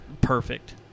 perfect